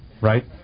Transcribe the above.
Right